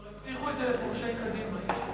תבטיחו את זה לפורשי קדימה.